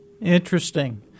Interesting